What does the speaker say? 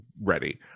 ready